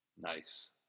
nice